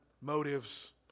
motives